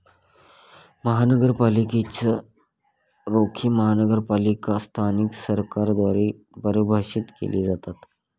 महानगरपालिकेच रोखे महानगरपालिका स्थानिक सरकारद्वारे परिभाषित केले जातात